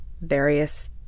various